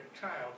child